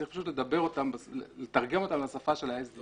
צריך פשוט לתרגם אותם לשפה של ה-SDGs.